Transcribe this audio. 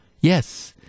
Yes